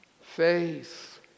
faith